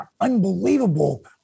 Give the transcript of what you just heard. unbelievable